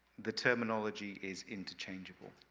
the terminology is interchangeable.